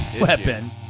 weapon